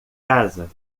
casa